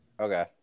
okay